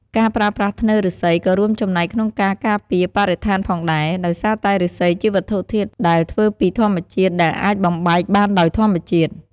ការប្រើប្រាស់ធ្នើរឬស្សីក៏រួមចំណែកក្នុងការការពារបរិស្ថានផងដែរ ដោយសារតែឬស្សីជាវត្ថុធាតុដែលធ្វើពីធម្មជាតិដែលអាចបំបែកបានដោយធម្មជាតិ។